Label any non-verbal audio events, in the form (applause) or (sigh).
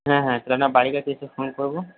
হ্যাঁ হ্যাঁ (unintelligible) বাড়ির কাছে এসে ফোন করব